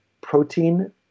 protein